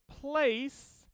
place